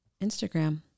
Instagram